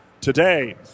today